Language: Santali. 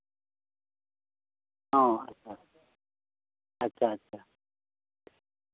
ᱚ ᱟᱪᱪᱷᱟ ᱟᱪᱪᱷᱟ